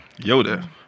Yoda